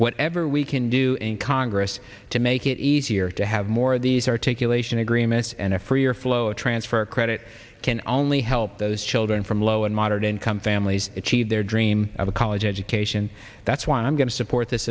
whatever we can do in congress to make it easier to have more of these articulation agreements and a freer flow of transfer credit can only help those children from low and moderate income families achieve their dream of a college education that's why i'm going to support this